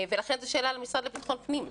ולכן זה שאלה למשרד לביטחון פנים: